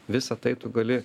visa tai tu gali